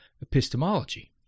epistemology